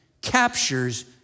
captures